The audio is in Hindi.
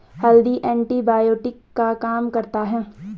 हल्दी एंटीबायोटिक का काम करता है